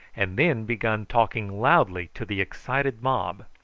and then begun talking loudly to the excited mob,